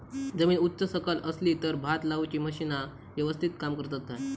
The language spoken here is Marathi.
जमीन उच सकल असली तर भात लाऊची मशीना यवस्तीत काम करतत काय?